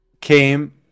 came